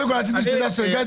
קודם כול רציתי שתדע שהגעתי.